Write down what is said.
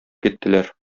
киттеләр